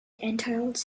entails